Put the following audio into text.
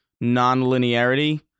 non-linearity